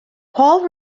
paul